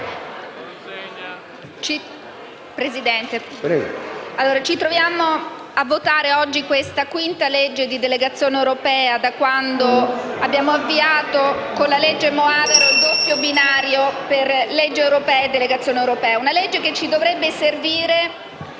Presidente, ci troviamo a votare oggi la quinta legge di delegazione europea da quando abbiamo avviato, con la legge Moavero, il doppio binario per legge europea e delegazione europea. Una legge che ci dovrebbe servire